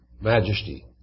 majesty